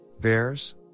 bears